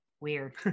Weird